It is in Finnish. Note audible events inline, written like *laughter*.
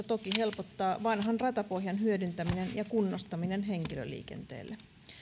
*unintelligible* toki helpottaa vanhan ratapohjan hyödyntäminen ja kunnostaminen henkilöliikenteelle